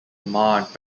marred